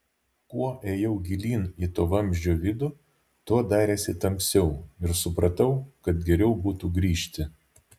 kuo ėjau gilyn į to vamzdžio vidų tuo darėsi tamsiau ir supratau kad geriau būtų grįžti